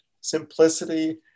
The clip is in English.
simplicity